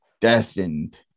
destined